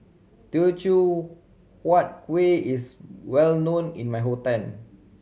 Teochew Huat Kuih is well known in my hometown